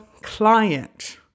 client